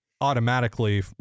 automatically